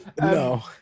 No